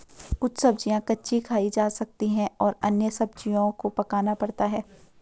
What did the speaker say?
कुछ सब्ज़ियाँ कच्ची खाई जा सकती हैं और अन्य सब्ज़ियों को पकाना पड़ता है